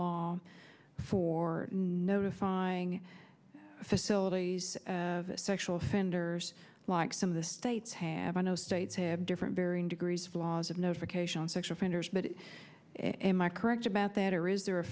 law for notifying facilities sexual offenders like some of the states have i know states have different varying degrees of laws of notification of sex offenders but in my correct about that or is there a